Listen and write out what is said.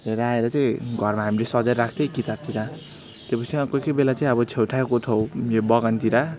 लिएर आएर चाहिँ घरमा हामीले सजाएर राख्थेँ किताबतिर त्यो विषयमा कोही कोही बेला चाहिँ अब छेउछाउको ठाउँ यो बगानतिर